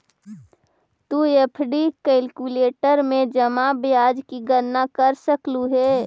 तु FD calculator में जमा ब्याज की गणना कर सकलू हे